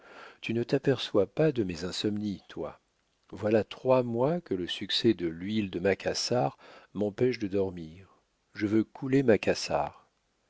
tu ne t'aperçois pas de mes insomnies toi voilà trois mois que le succès de l'huile de macassar m'empêche de dormir je veux couler macassar